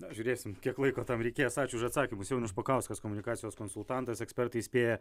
na žiūrėsim kiek laiko tam reikės ačiū už atsakymus jaunius špakauskas komunikacijos konsultantas ekspertai įspėja